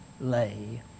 lay